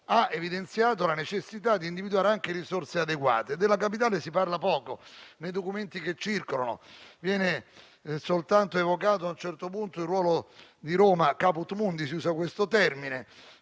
ha evidenziato la necessità di individuare anche risorse adeguate. Della Capitale si parla poco nei documenti che circolano; viene soltanto evocato a un certo punto il ruolo di Roma *caput mundi* - si usa questo termine